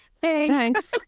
Thanks